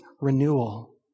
renewal